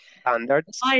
standards